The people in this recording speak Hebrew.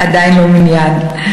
עדיין לא מניין.